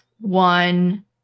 one